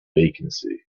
vacancy